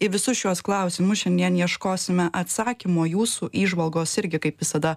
į visus šiuos klausimus šiandien ieškosime atsakymo jūsų įžvalgos irgi kaip visada